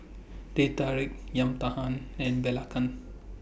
Teh Tarik Yam Talam and Belacan